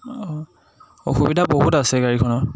অঁ অসুবিধা বহুত আছে গাড়ীখনৰ